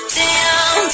down